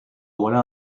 voilà